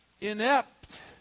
inept